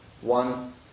one